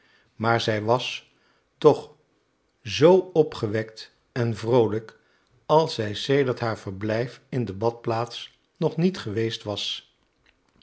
maar zij was toch zoo opgewekt en vroolijk als zij sedert haar verblijf in de badplaats nog niet geweest was